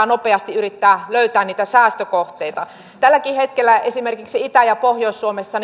nopeasti yrittää löytää niitä säästökohteita tälläkin hetkellä esimerkiksi itä ja pohjois suomessa